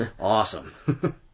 awesome